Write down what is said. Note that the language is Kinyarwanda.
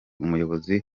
umuyobozi